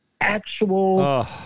actual